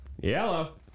Yellow